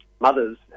mothers